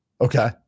Okay